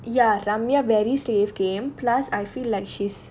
ya ramya very save game plus I feel like she is